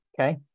Okay